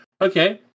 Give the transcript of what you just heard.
okay